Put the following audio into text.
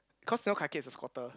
cause you know Kai-Kiat is a squatter